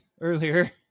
earlier